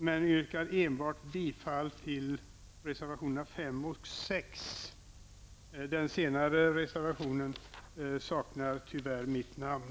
Jag yrkar bifall till reservation 4 och 5. Den senare reservationen saknar tyvärr mitt namn.